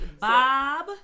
bob